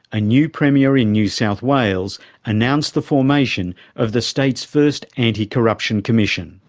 a new premier in new south wales announced the formation of the state's first anticorruption commission.